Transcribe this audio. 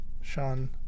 Sean